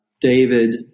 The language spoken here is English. David